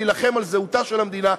להילחם על זהותה של המדינה,